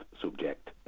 subject